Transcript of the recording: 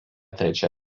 trečia